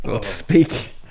Speak